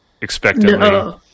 expectantly